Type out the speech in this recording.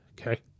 Okay